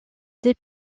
des